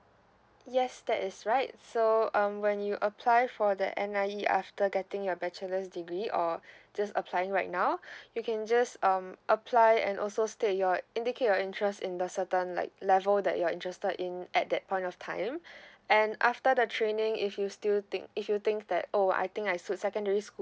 yes that is right so um when you apply for the N_I_E after getting your bachelor's degree or just applying right now you can just um apply and also state your indicate your interest in the certain like level that you're interested in at that point of time and after the training if you still think if you think that oh I think I suit secondary school